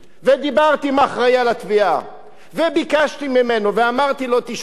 ודיברתי עם האחראי לתביעה וביקשתי ממנו ואמרתי לו: תשמע,